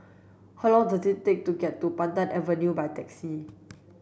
how long does it take to get to Pandan Avenue by taxi